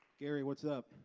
gary, what's up?